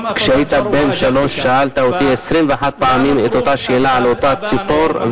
כשהיית בן שלוש שאלת אותי 21 פעמים את אותה שאלה על אותה ציפור,